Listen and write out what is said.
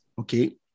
okay